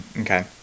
Okay